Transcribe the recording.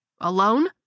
Alone